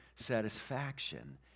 satisfaction